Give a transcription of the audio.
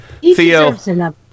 Theo